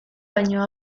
baino